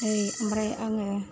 ओरै ओमफ्राय आङो